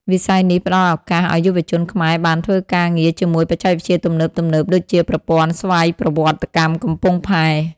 វិស័យនេះផ្តល់ឱកាសឱ្យយុវជនខ្មែរបានធ្វើការងារជាមួយបច្ចេកវិទ្យាទំនើបៗដូចជា ប្រព័ន្ធស្វ័យប្រវត្តិកម្មកំពង់ផែ។